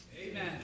Amen